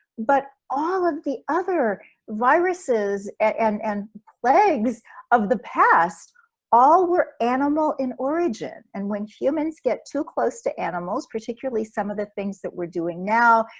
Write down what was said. but all of the other viruses and and plagues of the past all were animal in origin. and when humans get too close to animals, particularly some of the things that we're doing now,